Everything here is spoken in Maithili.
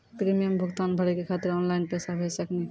प्रीमियम भुगतान भरे के खातिर ऑनलाइन पैसा भेज सकनी?